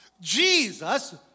Jesus